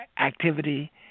activity